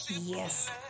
Yes